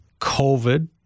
COVID